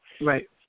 Right